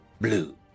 blue